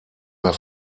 mehr